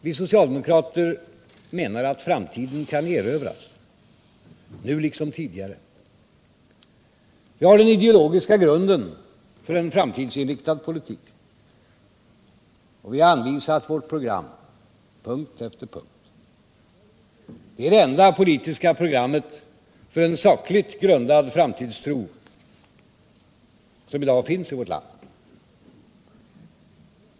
Vi socialdemokrater menar att framtiden kan erövras, nu liksom tidigare. Vi har den ideologiska grunden för en framtidsinriktad politik. Vi har anvisat vårt program punkt efter punkt. Det är det enda politiska programmet för en sakligt grundad framtidstro som i dag finns i vårt land.